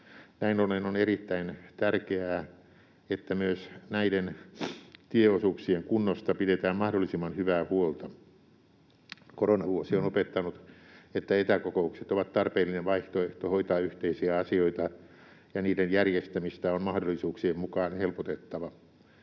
ollen on erittäin tärkeää, että myös näiden tieosuuksien kunnosta pidetään mahdollisimman hyvää huolta. Koronavuosi on opettanut, että etäkokoukset ovat tarpeellinen vaihtoehto hoitaa yhteisiä asioita, ja niiden järjestämistä on mahdollisuuksien mukaan helpotettava.